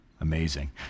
Amazing